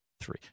three